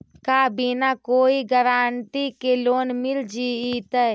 का बिना कोई गारंटी के लोन मिल जीईतै?